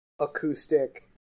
acoustic